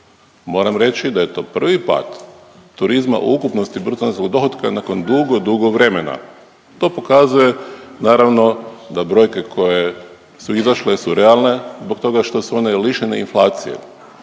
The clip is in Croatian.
Moram reći da je to prvi pad turizma u ukupnosti bruto nacionalnog dohotka nakon dugo, dugo vremena. To pokazuje naravno da brojke koje su izašle su realne zbog toga što su one lišene inflacije.